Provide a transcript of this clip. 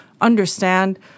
understand